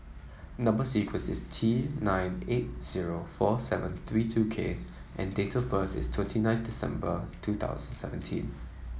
number sequence is T nine eight zero four seven three two K and date of birth is twenty nine December two thousand seventeen